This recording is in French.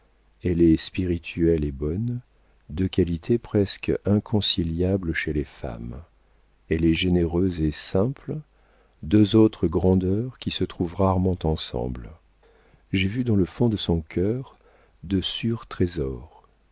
elle est spirituelle et bonne deux qualités presque inconciliables chez les femmes elle est généreuse et simple deux autres grandeurs qui se trouvent rarement ensemble j'ai vu dans le fond de son cœur de sûrs trésors